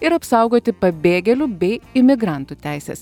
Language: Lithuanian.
ir apsaugoti pabėgėlių bei imigrantų teises